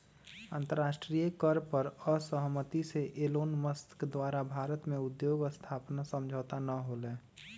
अंतरराष्ट्रीय कर पर असहमति से एलोनमस्क द्वारा भारत में उद्योग स्थापना समझौता न होलय